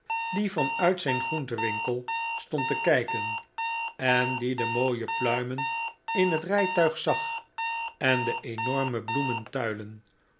die van uit zijn groentenwinkel stond te kijken en die de mooie pluimen in het rijtuig zag en de enorme bloementuilen